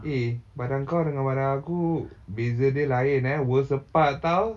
eh badan kau dengan badan aku beza dia lain eh worlds apart [tau]